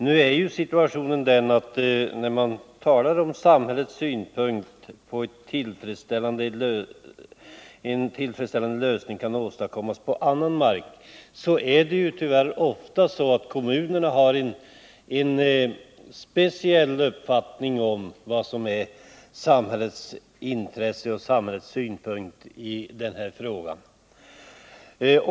Nu är situationen den att när man talar om samhällets syn på hur en tillfredsställande lösning kan åstadkommas på annan mark, är det tyvärr ofta så att kommunerna har en speciell uppfattning om vad som är samhällets intresse och synpunkt i den här frågan.